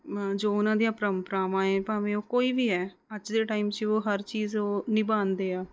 ਜੋ ਉਨ੍ਹਾਂ ਦੀਆਂ ਪਰੰਪਰਾਵਾਂ ਹੈ ਭਾਵੇਂ ਉਹ ਕੋਈ ਵੀ ਹੈ ਅੱਜ ਦੇ ਟਾਈਮ 'ਚ ਉਹ ਹਰ ਚੀਜ਼ ਉਹ ਨਿਭਾਉਂਦੇ ਹੈ